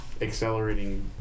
accelerating